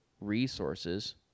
resources